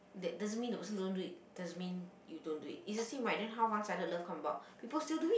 that doesn't mean that person don't do it doesn't mean you don't do it it's the same right then how one sided love come about people still do it